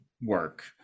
Work